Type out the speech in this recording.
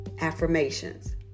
Affirmations